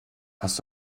hast